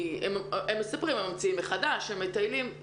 הם מספרים, הם ממציאים מחדש, הם מטיילים.